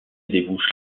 débouche